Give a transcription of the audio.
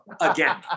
again